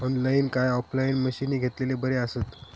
Online काय offline मशीनी घेतलेले बरे आसतात?